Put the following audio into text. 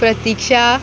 प्रतिक्षा